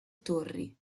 torri